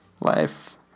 life